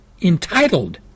entitled